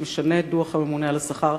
שמשנה את דוח הממונה על השכר,